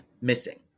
missing